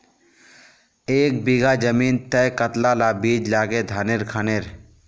एक बीघा जमीन तय कतला ला बीज लागे धानेर खानेर?